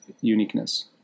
uniqueness